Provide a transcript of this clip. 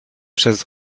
przez